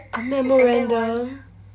a memorandum